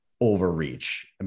overreach